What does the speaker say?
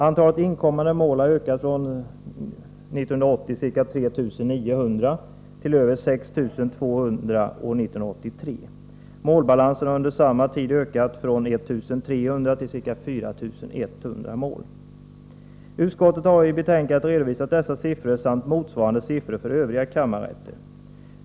Antalet inkommande mål har ökat från ca 3 900 år 1980 till över 6 200 år 1983. Målbalansen har ökat under samma tid från 1 300 till ca 4 100. Utskottet har i betänkandet redovisat dessa siffror samt motsvarande siffror för övriga kammarrätter.